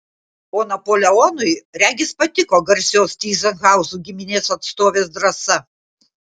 o napoleonui regis patiko garsios tyzenhauzų giminės atstovės drąsa